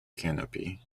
canopy